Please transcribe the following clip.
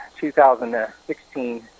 2016